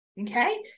okay